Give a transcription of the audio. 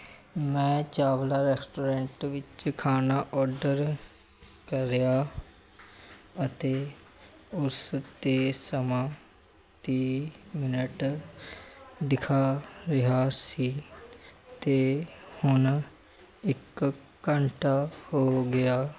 ਮੈਂ ਚਾਵਲਾ ਰੈਸਟੋਰੈਂਟ ਵਿੱਚ ਖਾਣਾ ਓਡਰ ਕਰਿਆ ਅਤੇ ਉਸ 'ਤੇ ਸਮਾਂ ਤੀਹ ਮਿੰਟ ਦਿਖਾ ਰਿਹਾ ਸੀ ਅਤੇ ਹੁਣ ਇਕ ਘੰਟਾ ਹੋ ਗਿਆ